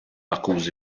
akkużi